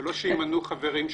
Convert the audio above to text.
ולא שימנו חברים שתולים.